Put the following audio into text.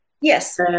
Yes